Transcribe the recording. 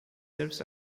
serves